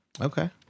Okay